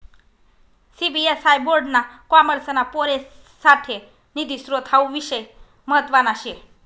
CBSE board ना कॉमर्सना पोरेससाठे निधी स्त्रोत हावू विषय म्हतवाना शे